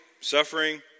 suffering